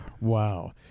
Wow